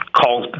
calls